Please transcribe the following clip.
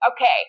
Okay